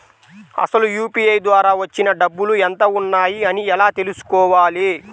అసలు యూ.పీ.ఐ ద్వార వచ్చిన డబ్బులు ఎంత వున్నాయి అని ఎలా తెలుసుకోవాలి?